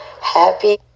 Happy